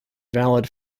valid